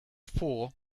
four